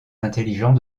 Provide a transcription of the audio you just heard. intelligent